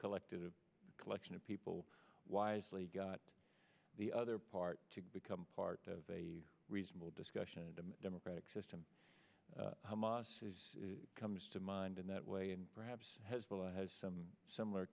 collective collection of people wisely got the other part to become part of a reasonable discussion and a democratic system comes to mind in that way and perhaps has some similar